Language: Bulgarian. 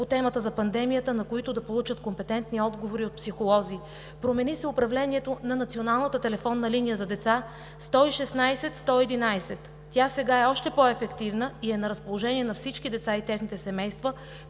по темата за пандемията, на които да получат компетентни отговори от психолози. Промени се управлението на Националната телефонна линия за деца 116 111. Тя сега е още по-ефективна и е на разположение на всички деца и техните семейства.